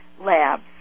labs